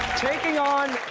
taking on